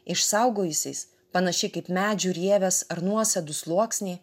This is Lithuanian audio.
išsaugojusiais panaši kaip medžių rieves ar nuosėdų sluoksnį